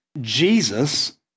Jesus